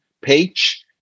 page